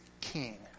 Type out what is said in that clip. king